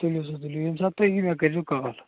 تُلِو سا تُلِو ییٚمہِ ساتہٕ تُہۍ یِیِو مےٚ کٔرۍزیٚو کال